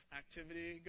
activity